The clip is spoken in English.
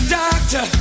doctor